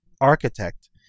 architect